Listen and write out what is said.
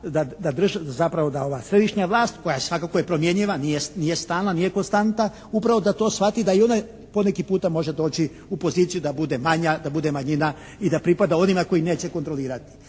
da drže, da zapravo da ova središnja vlast koja svakako je promjenjiva nije stalna, nije konstanta, upravo da to shvati da i ona poneki puta može doći u poziciju da bude manja, da bude manjina i da pripada onima koji neće kontrolirati.